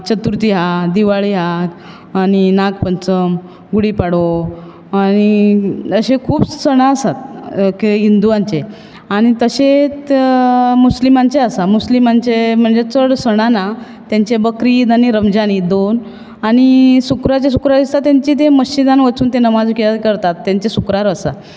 चतुर्थी हा दिवाळी हा आनी नागपंचम गुडीपाडवो आनी अशें खूब सणां आसात की हिन्दुचें आनी तशेंत मुस्लिमांचे आसा मुस्लिमांचे म्हणजे चड सणां ना तेंचे बकरी ईद आनी रमजान ईद दोन आनी सुक्रारचे सुक्रार दिसा तेंचे तें मस्जिदांत वचून ते नमाज कितें करतात तेंचे सुक्रार आसा